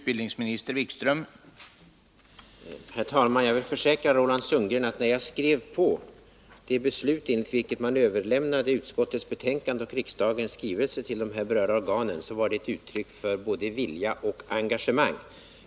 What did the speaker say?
Herr talman! Jag vill försäkra Roland Sundgren att när jag skrev på det beslut enligt vilket man överlämnade utskottets betänkande och riksdagens skrivelse till de här berörda organen, så var det ett uttryck för både vilja och engagemang.